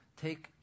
take